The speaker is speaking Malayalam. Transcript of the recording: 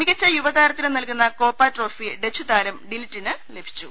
മികച്ച യുവതാരത്തിന് നൽകുന്ന കോപ്പ ട്രോഫി ഡച്ച് താരം ഡിലിറ്റിന് ലഭിച്ചു